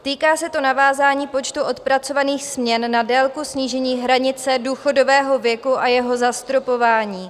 Týká se to navázání počtu odpracovaných směn na délku snížení hranice důchodového věku a jeho zastropování.